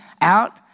out